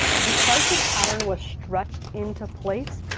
because this pattern was stretched into place,